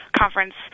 conference